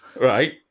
Right